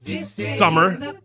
summer